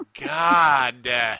god